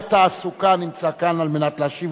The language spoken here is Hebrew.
המסחר והתעסוקה נמצא כאן על מנת להשיב,